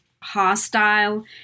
hostile